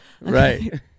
right